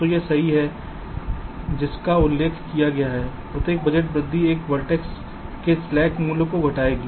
तो यह वही है जिसका उल्लेख किया गया है प्रत्येक बजट वृद्धि एक वर्टेक्स के स्लैक मूल्य को घटाएगी